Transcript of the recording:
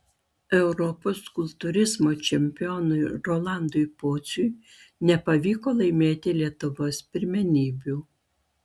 europos kultūrizmo čempionui rolandui pociui nepavyko laimėti lietuvos pirmenybių